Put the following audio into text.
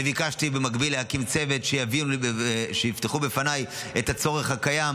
וביקשתי במקביל להקים צוות שיפתח בפניי את הצורך הקיים